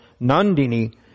Nandini